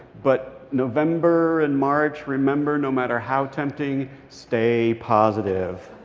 but november and march, remember, no matter how tempting, stay positive.